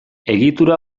egitura